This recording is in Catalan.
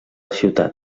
ciutat